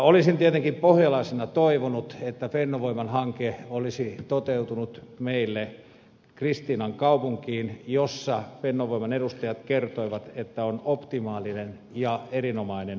olisin tietenkin pohjalaisena toivonut että fennovoiman hanke olisi toteutunut meille kristiinankaupunkiin jossa fennovoiman edustajat kertoivat olevan optimaalisen ja erinomaisen paikan